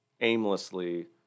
aimlessly